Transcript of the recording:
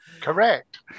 Correct